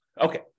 Okay